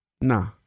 Nah